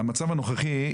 בוודאי שכן.